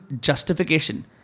justification